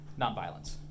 nonviolence